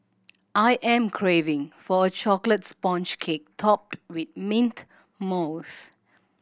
I am craving for a chocolate sponge cake topped with mint mousse